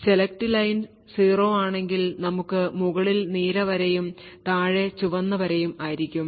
select line 0 ആണെങ്കിൽ നമുക്ക് മുകളിൽ നീല വരയും താഴെ ചുവന്ന വരയും ആയിരിക്കും